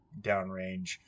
downrange